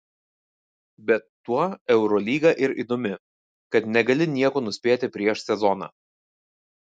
bet tuo eurolyga ir įdomi kad negali nieko nuspėti prieš sezoną